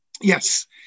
Yes